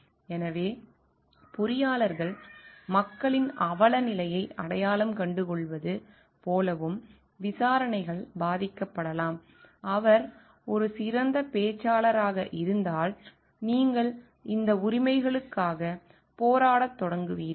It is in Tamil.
எனவே பொறியாளர்கள் மக்களின் அவலநிலையை அடையாளம் கண்டுகொள்வது போலவும் விசாரணைகள் பாதிக்கப்படலாம் அவர் ஒரு சிறந்த பேச்சாளராக இருந்தால் நீங்கள் இந்த உரிமைகளுக்காக போராடத் தொடங்குவீர்கள்